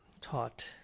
taught